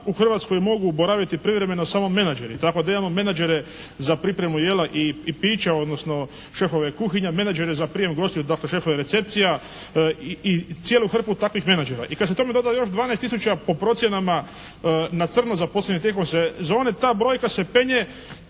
u Hrvatskoj mogu boraviti privremeno samo menadžeri. Tako da imamo menadžere za pripremu jela i pića odnosno šefove kuhinja, menadžere za prijem gostiju dakle šefove recepcija i cijelu hrpu takvih menadžera. I kad se tome doda još 12 tisuća po procjenama na crno zaposlene tijekom sezone ta brojka se penje